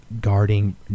guarding